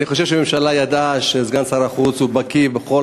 אני חושב שהממשלה ידעה שסגן שר החוץ בקי בכל